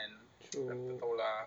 true